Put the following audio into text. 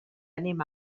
anem